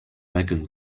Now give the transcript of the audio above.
megan